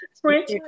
French